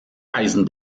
eisen